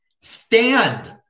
Stand